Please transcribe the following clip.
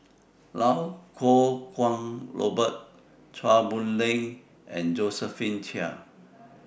Iau Kuo Kwong Robert Chua Boon Lay and Josephine Chia